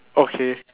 okay